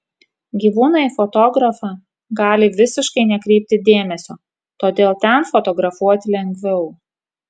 gyvūnai į fotografą gali visiškai nekreipti dėmesio todėl ten fotografuoti lengviau